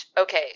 Okay